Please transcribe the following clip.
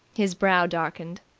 his brow darkened.